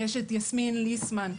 יש את יסמין ליסמן,